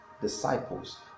disciples